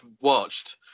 watched